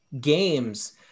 games